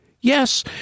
Yes